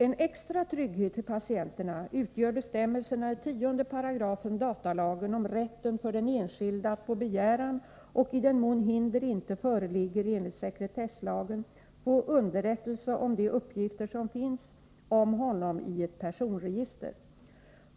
En extra trygghet för patienterna utgör bestämmelserna i 10§ datalagen om rätten för den enskilde att på begäran och i den mån hinder inte föreligger enligt sekretesslagen få underrättelse om de uppgifter som finns om honom i ett personregister.